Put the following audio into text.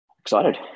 Excited